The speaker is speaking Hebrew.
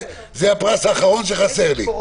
רק להגיד לך, שההפגנות עדיין מותרות בחוק.